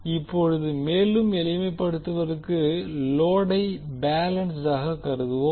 இப்போது மேலும் எளிமை படுத்துவதற்கு லோடை பேலன்ஸ்ட் ஆக கருதுவோம்